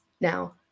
now